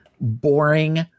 boring